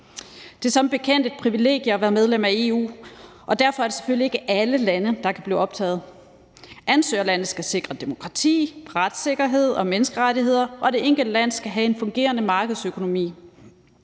Det er som bekendt et privilegie at være medlem af EU, og derfor er det selvfølgelig ikke alle lande, der kan blive optaget. Ansøgerlande skal sikre demokrati, retssikkerhed og menneskerettigheder, og det enkelte land skal have en fungerende markedsøkonomi.